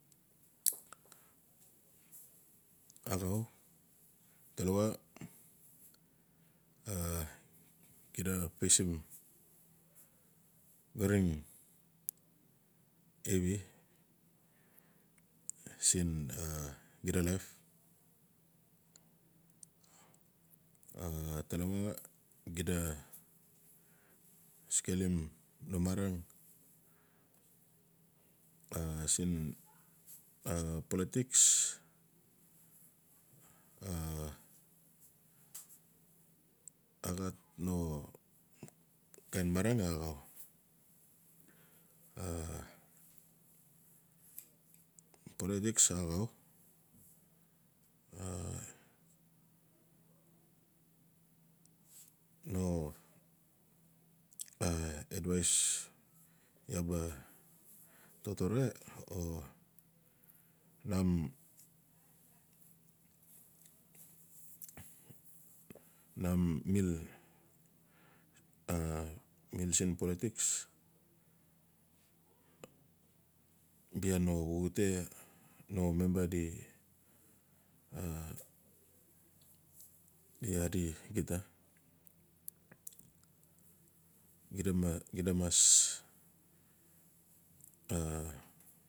axau talawa xida facim garin hevi, siin xida life. talawa xida skelim no mavan siin polotics a-a gat no kind marang axau. Polohes a axau no advais iaa ba totore o num num mil mil siin polotics bia no xuxute no memba di adi gita, xida mas.